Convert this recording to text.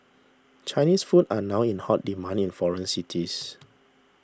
Chinese food are now in hot demand in foreign cities